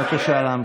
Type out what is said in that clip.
בבקשה להמשיך.